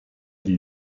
die